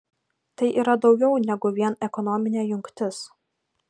tai yra daugiau negu vien ekonominė jungtis